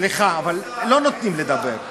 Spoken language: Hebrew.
סליחה, אבל לא נותנים לדבר.